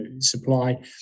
supply